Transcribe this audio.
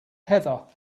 heather